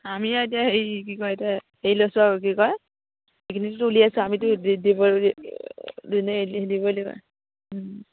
আমিও আউ এতিয়া হেৰি কি কয় এতিয়া হেৰি লৈছোঁ আৰু কি কয় সেইখিনিতো উলিয়াইছোঁ আৰু আমিতো দিব লাগিব